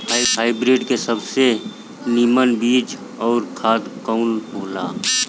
Hybrid के सबसे नीमन बीया अउर खाद कवन हो ला?